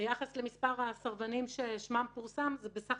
ביחס למספר הסרבנים ששמם פורסם - בסך